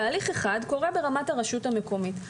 תהליך אחד קורה ברמת הרשות המקומית.